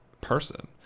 Person